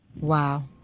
Wow